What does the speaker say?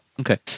Okay